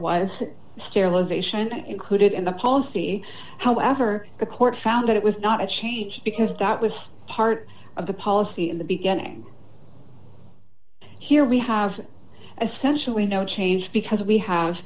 was sterilization included in the policy however the court found that it was not a change because that was part of the policy in the beginning here we have essentially no change because we have